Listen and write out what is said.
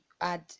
add